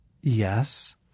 yes